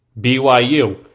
BYU